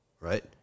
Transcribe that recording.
right